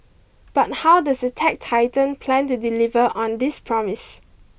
but how does the tech titan plan to deliver on this promise